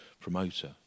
promoter